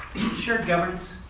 shared governance,